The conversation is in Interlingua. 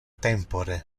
tempore